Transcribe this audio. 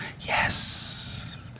Yes